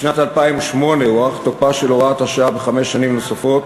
בשנת 2008 הוארך תוקפה של הוראת השעה בחמש שנים נוספות,